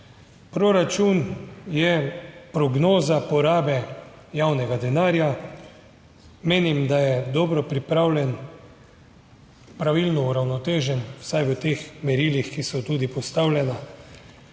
Proračun je prognoza porabe javnega denarja, menim, da je dobro pripravljen, pravilno uravnotežen vsaj v teh merilih, ki so tudi postavljena.